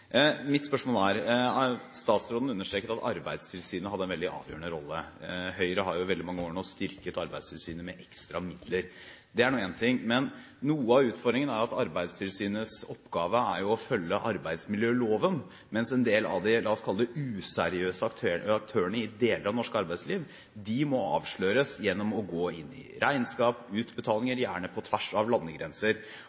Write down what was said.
Mitt spørsmål er: Statsråden understreket at Arbeidstilsynet hadde en veldig avgjørende rolle. Høyre har i veldig mange år nå styrket Arbeidstilsynet med ekstra midler. Det er nå én ting. Noe av utfordringen er at Arbeidstilsynets oppgave er å følge arbeidsmiljøloven, mens en del av dem, la oss kalle dem de useriøse aktørene i deler av det norske arbeidslivet, må avsløres gjennom å gå inn i regnskap